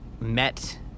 met